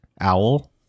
owl